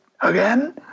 again